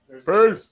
first